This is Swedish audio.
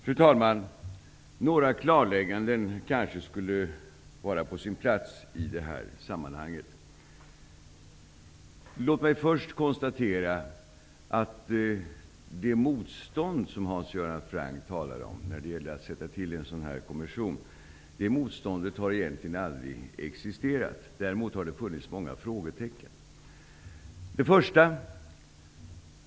Fru talman! Några klarlägganden kanske skulle vara på sin plats i detta sammanhang. Låt mig först konstatera att det motstånd som Hans Göran Franck talar om när det gäller att tillsätta en sådan här kommission egentligen aldrig har existerat. Däremot har det funnits många frågetecken.